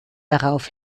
darauf